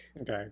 Okay